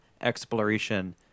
Exploration